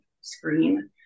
screen